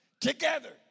together